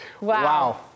Wow